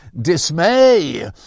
dismay